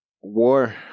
war